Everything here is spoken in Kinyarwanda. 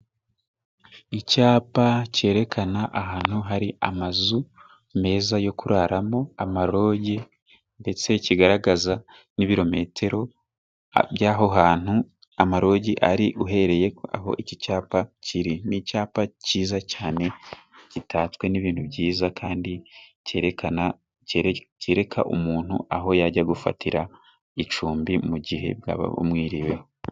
Icyapa cyerekana ahantu hari amazu meza yo kuraramo, amaroji ndetse kigaragaza n'ibirometero by'aho hantu amaroji ari uhereye aho iki cyapa kiri. Ni icyapa cyiza cyane gitatswe n'ibintu byiza kandi cyerekana cyereka umuntu aho yajya gufatira icumbi mu gihe bwaba bumwiriyeho.